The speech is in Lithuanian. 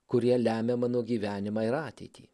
kurie lemia mano gyvenimą ir ateitį